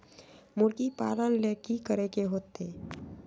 मुर्गी पालन ले कि करे के होतै?